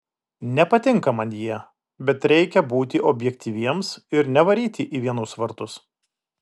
nepatinka man jie bet reikia būti objektyviems ir nevaryti į vienus vartus